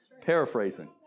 paraphrasing